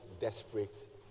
desperate